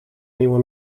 nieuwe